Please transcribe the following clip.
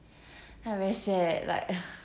then I very sad like eh